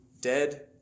dead